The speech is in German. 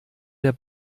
der